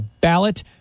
ballot